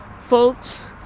folks